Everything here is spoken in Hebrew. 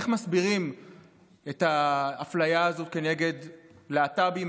איך מסבירים את האפליה הזאת כנגד להט"בים,